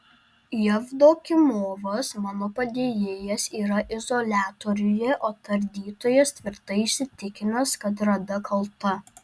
jevdokimovas mano padėjėjas yra izoliatoriuje o tardytojas tvirtai įsitikinęs kad rada kalta